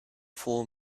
full